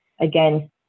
Again